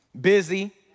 Busy